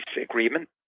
agreement